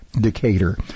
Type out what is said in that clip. Decatur